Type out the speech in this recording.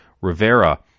Rivera